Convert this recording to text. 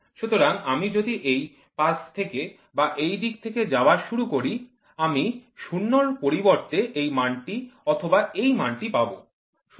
সুতরাং আমি যদি এই পাশ থেকে বা এই দিক থেকে যাওয়া শুরু করি আমি ০ এর পরিবর্তে এই মানটি অথবা এই মানটি পাব